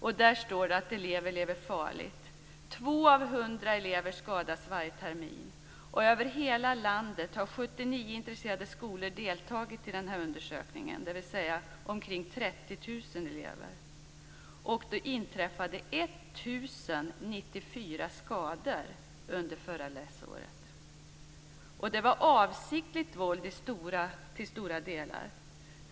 Där står det att elever lever farligt. 2 av 100 elever skadas varje termin. Över hela landet har 79 intresserade skolor deltagit i undersökningen, dvs. omkring 30 000 Det var till stora delar fråga om avsiktligt våld.